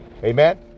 Amen